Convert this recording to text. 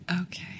Okay